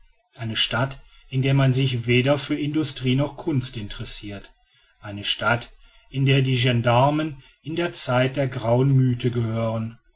eine stadt in der man sich weder für industrie noch kunst interessirt eine stadt in der die gensdarmen in die zeit der grauen mythe gehören